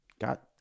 got